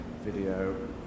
video